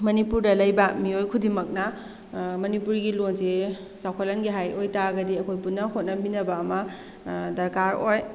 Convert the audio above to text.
ꯃꯅꯤꯄꯨꯔꯗ ꯂꯩꯕ ꯃꯤꯑꯣꯏ ꯈꯨꯗꯤꯡꯃꯛꯅ ꯃꯅꯤꯄꯨꯔꯒꯤ ꯂꯣꯟꯁꯦ ꯆꯥꯎꯈꯠꯍꯟꯒꯦ ꯍꯥꯏ ꯑꯣꯏ ꯇꯥꯔꯒꯗꯤ ꯑꯩꯈꯣꯏ ꯄꯨꯟꯅ ꯍꯣꯠꯅꯃꯤꯟꯅꯕ ꯑꯃ ꯗꯔꯀꯥꯔ ꯑꯣꯏ